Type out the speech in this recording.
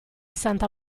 santa